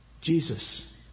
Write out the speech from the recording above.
Jesus